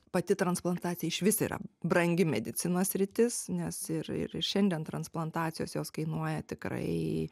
pati transplantacija išvis yra brangi medicinos sritis nes ir ir šiandien transplantacijos jos kainuoja tikrai